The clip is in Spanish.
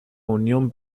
unión